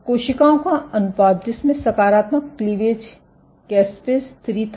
कोशिकाओं का अनुपात जिसमें सकारात्मक क्लीवेज कैस्पेज़ 3 था